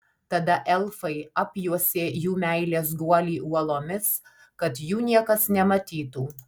tada elfai apjuosė jų meilės guolį uolomis kad jų niekas nematytų